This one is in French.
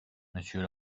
monsieur